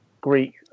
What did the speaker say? Greek